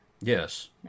Yes